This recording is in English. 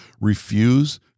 refuse